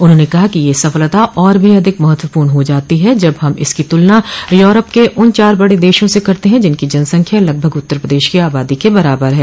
उन्होंने कहा कि यह सफलता और भी अधिक महत्वपूर्ण हो जाती जब हम इसकी तुलना यूरोप के उन चार बडे देशों स करते हैं जिनकी जनसंख्या लगभग उत्तर प्रदेश की आबादी के बराबर है